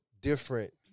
different